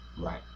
Right